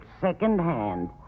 secondhand